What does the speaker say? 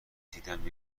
دیدم